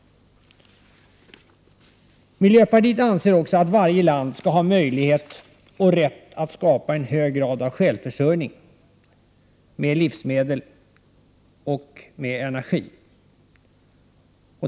Miljöpartiet anser också att varje land skall ha möjlighet och rätt att skapa en hög grad av självförsörjning med livsmedel och energi.